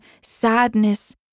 sadness